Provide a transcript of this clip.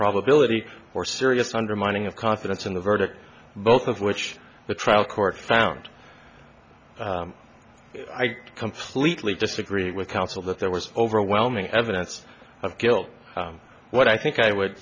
probability or serious undermining of confidence in the verdict both of which the trial court found i completely disagree with counsel that there was overwhelming evidence of guilt what i think i would